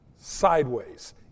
sideways